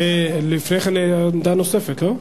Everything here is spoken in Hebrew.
לפני כן, עמדה נוספת, לא?